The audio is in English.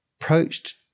approached